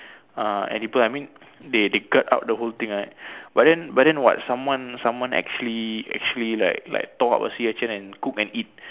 uh edible I mean they they cut out the whole thing ah but then but then what someone someone actually actually like like tore up a sea urchin and cook and eat